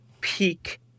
peak